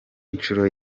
inshuro